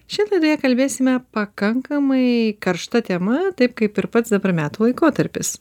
šiandien laidoje kalbėsime pakankamai karšta tema taip kaip ir pats dabar metų laikotarpis